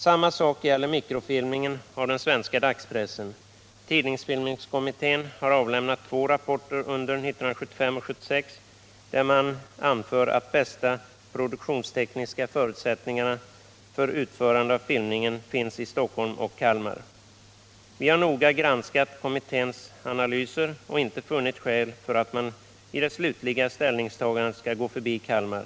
Samma sak gäller mikrofilmningen av den svenska dagspressen. Tidningsfilmningskommittén har avlämnat två rapporter under 1975 och 1976, där man anför att bästa produktionstekniska förutsättningarna för utförande av filmningen finns i Stockholm och Kalmar. Vi har noga granskat kommitténs analyser och inte funnit skäl för att man i det slutliga ställningstagandet skall gå förbi Kalmar.